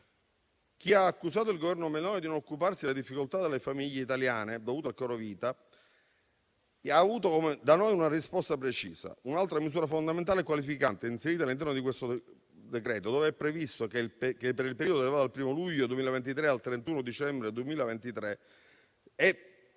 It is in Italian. Chi ha accusato il Governo Meloni di non occuparsi delle difficoltà delle famiglie italiane dovute al caro vita ha avuto da noi una risposta precisa. Un'altra misura fondamentale e qualificante inserita all'interno del decreto prevede, per il periodo che va dal 1° luglio al 31 dicembre 2023, un